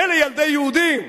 מילא ילדי יהודים.